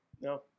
No